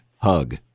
hug